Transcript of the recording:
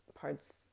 parts